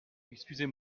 excusez